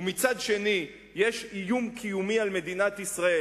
ומצד שני יש איום קיומי על מדינת ישראל,